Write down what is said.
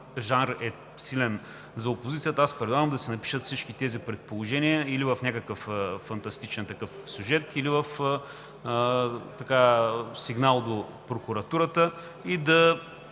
жанр е силен за опозицията, аз предлагам да си напишат всички тези предположения или в някакъв фантастичен сюжет, или в сигнал до прокуратурата и да